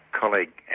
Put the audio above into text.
colleague